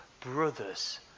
brothers